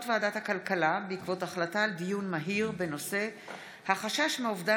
ועדת הכלכלה בעקבות דיון מהיר בהצעתם של חברי הכנסת מיקי לוי,